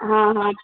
ਹਾਂ ਹਾਂ